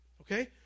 okay